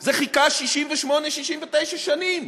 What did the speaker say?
זה חיכה 68, 69 שנים?